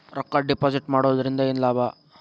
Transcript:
ರೊಕ್ಕ ಡಿಪಾಸಿಟ್ ಮಾಡುವುದರಿಂದ ಏನ್ ಲಾಭ?